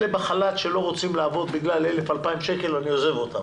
אלו שבחל"ת ולא רוצים לעבוד בגלל 1,000,2,000 שקלים אני עוזב אותם.